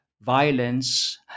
violence